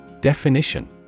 Definition